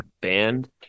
band